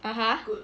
(uh huh)